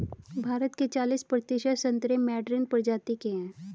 भारत के चालिस प्रतिशत संतरे मैडरीन प्रजाति के हैं